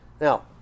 Now